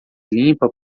limpa